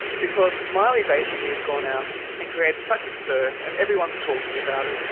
because miley basically has gone out and created such a stir and everyone's talking about her,